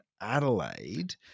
Adelaide